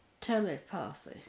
telepathy